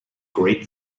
great